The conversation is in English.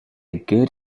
good